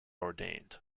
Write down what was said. ordained